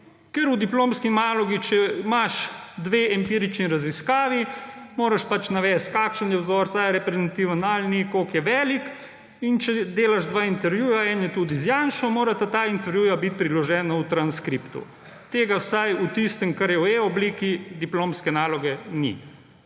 Ker v diplomski nalogi, če imaš dve empirični raziskavi, moraš navesti, kakšen je vzorec, ali je reprezentativen ali ni, koliko je velik. In če delaš dva intervjuja, eden je tudi z Janšo, morata ta intervjuja biti priložena v transkriptu. Tega vsaj v tistem, kar je v e-obliki diplomske naloge, ni.